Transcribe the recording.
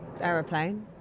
aeroplane